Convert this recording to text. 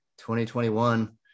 2021